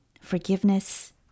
forgiveness